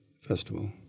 festival